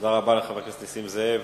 תודה רבה לחבר הכנסת נסים זאב.